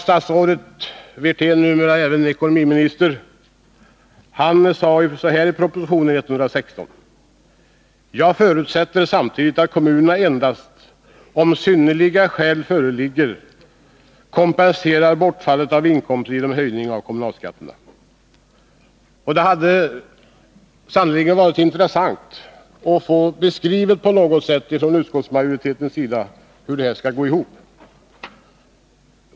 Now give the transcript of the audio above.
Statsrådet Wirtén, numera budgetoch ekonomiminister, säger i proposition 116: ”-—- förutsätter jag samtidigt att kommunerna endast om synnerliga skäl föreligger kompenserar bortfallet av inkomster genom 21 höjning av kommunalskatten.” — Det hade onekligen varit intressant, om utskottsmajoriteten på något sätt hade beskrivit hur detta skall gå ihop.